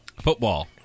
Football